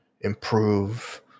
improve